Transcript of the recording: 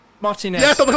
Martinez